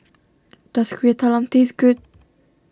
does Kueh Talam taste good